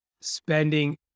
spending